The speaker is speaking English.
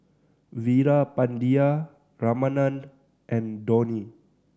Veerapandiya Ramanand and Dhoni